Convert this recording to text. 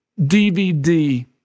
DVD